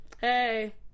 hey